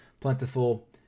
plentiful